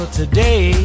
today